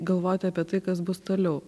galvoti apie tai kas bus toliau